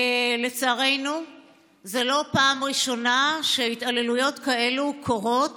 לצערנו זאת לא פעם ראשונה שהתעללויות כאלה קורות